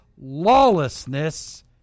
lawlessness